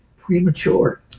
premature